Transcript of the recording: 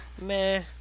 meh